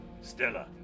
Stella